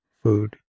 food